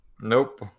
nope